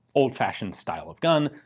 old-fashioned style of gun,